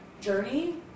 journey